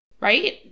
right